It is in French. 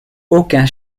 aucun